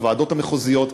הוועדות המחוזיות,